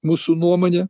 mūsų nuomone